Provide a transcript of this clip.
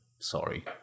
Sorry